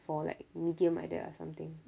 for like medium like that ah something